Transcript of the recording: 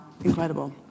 incredible